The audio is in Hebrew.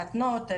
להתנות,